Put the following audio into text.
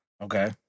Okay